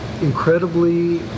incredibly